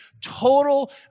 total